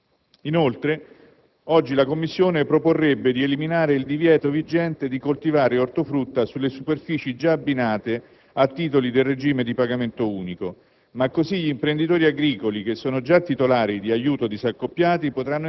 destinati in gran parte a pomodori, agrumi, pere e pesche. Inoltre, oggi la Commissione proporrebbe di eliminare il divieto vigente di coltivare ortofrutta sulle superfici già abbinate a titoli del regime di pagamento unico.